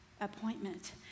appointment